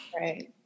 Right